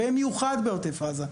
במיוחד בעוטף עזה.